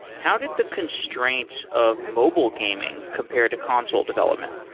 how did the constraints of mobile gaming compared to console development?